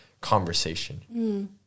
conversation